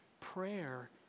prayer